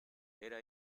era